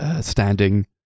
standing